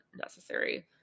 necessary